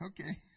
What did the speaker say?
okay